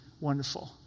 wonderful